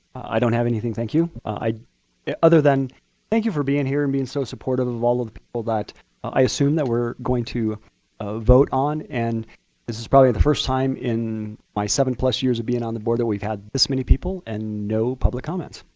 i don't have anything, thank you, other than thank you for being here and being so supportive of all of the people that i assume that we're going to vote on. and this is probably the first time in my seven plus years of being on the board that we've had this many people and no public comments.